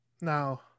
now